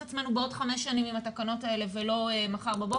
עצמנו בעוד חמש שנים עם התקנות האלה ולא מחר בבוקר,